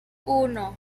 uno